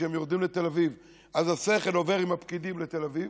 כשהם יורדים לתל אביב אז השכל עובר עם הפקידים לתל אביב,